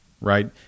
right